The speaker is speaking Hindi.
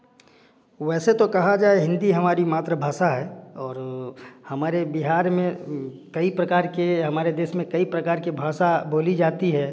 वैसे तो कहा जाए हिंदी हमारी मातृभाषा है और हमारे बिहार में कई प्रकार के हमारे देश में कई प्रकार के भाषा बोली जाती है